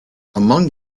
among